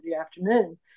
afternoon